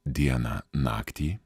dieną naktį